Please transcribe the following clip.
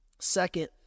Second